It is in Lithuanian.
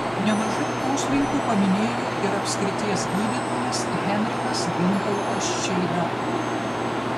nemažai poslinkių paminėjo ir apskrities gydytojas henrikas gintautas čeida